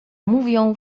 mówią